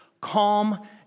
calm